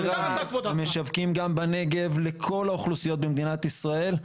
משווקים גם בנגב לכל האוכלוסיות במדינת ישראל.